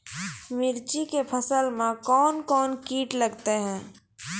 मिर्ची के फसल मे कौन कौन कीट लगते हैं?